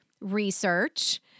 research